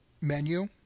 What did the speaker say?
menu